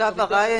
תושב ארעי,